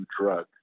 drug